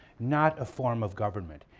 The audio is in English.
not a form of government,